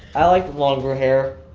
i like longer hair.